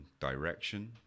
direction